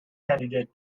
candidate